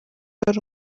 ari